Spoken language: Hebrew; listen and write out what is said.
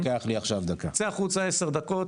צא החוצה ל-10 דקות,